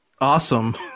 awesome